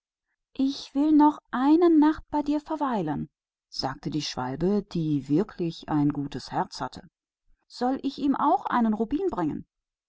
ich will noch eine nacht länger bei dir bleiben sagte der schwälberich der eigentlich ein gutes herz hatte soll ich ihm auch einen rubin bringen